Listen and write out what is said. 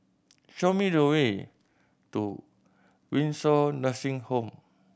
show me the way to Windsor Nursing Home